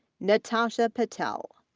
natasha patel,